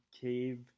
cave